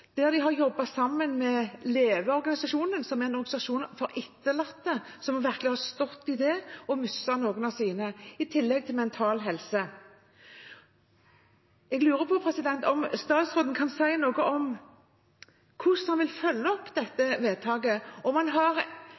de har jobbet sammen med LEVE-organisasjonen, som er en organisasjonen for etterlatte som virkelig har stått i det å ha mistet noen av sine, i tillegg til Mental Helse. Jeg lurer på om statsråden kan si noe om hvordan han vil følge opp dette vedtaket, om han har